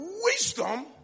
Wisdom